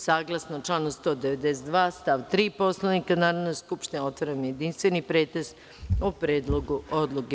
Saglasno članu 192. stav 3. Poslovnika Narodne skupštine, otvaram jedinstveni pretres o Predlogu odluke.